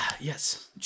yes